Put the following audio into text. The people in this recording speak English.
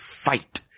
fight